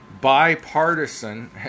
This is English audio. bipartisan